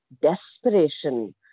desperation